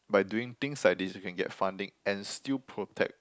by doing things like these we get funding and still protect